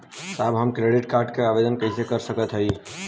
साहब हम credit card क आवेदन कइसे कर सकत हई?